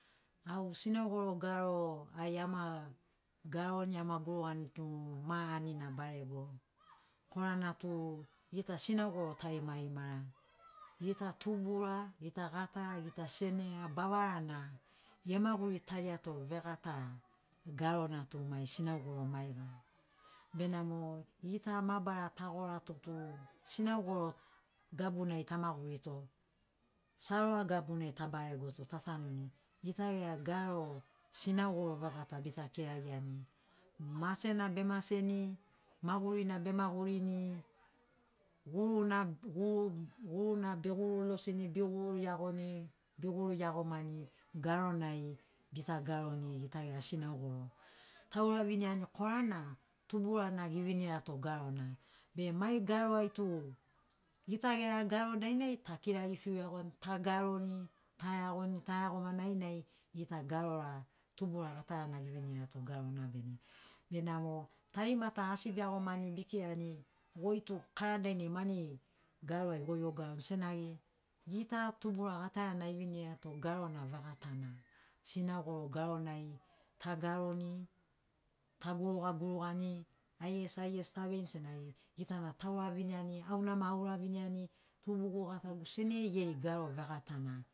Au sinaugoro garo ai ama garoni ama gurugani tu ma anina barego korana tu gita sinaugoro tarimarimara gita tubura gita gatara gita senera bavarana emaguritariato vegata garona tu mai sinaugoro maiga benamo gita mabara ta gora to tu sinaugoro gabunai tamagurito saroa gabunai ta baregoto ta tanuni gita gera garo sinaugoro vegata bita kiragianiani masena be maseni magurina be magurini guruna be gurulosini be guru iagoni be guru iagomani garonai bita garoni gita gera sinaugoro tauraviniani korana tuburana evinirato garona be mai garoai tu gita gera garo dainai ta kirari fiu iagoani ta garoni taeagoni taeagomani ainai gita garora tubura gatarana evinirato garona bene benamo tarimata asi beagomani bekirani goitu kara dainai mani garo ai goi ogaroni senagi gita tubura gatarana evinirato garona vegatana sinaugoro garonai ta garoni ta gurugagurugani aigesi aigesi taveini senagi gitana tauraviniani auna ma auraviniani tubugu gatagu seneri geri garo vegatana